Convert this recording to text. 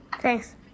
Thanks